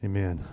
Amen